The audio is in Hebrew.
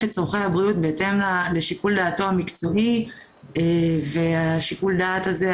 את צורכי הבריאות בהתאם לשיקול דעתו המקצועי והשיקול דעת הזה,